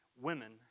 women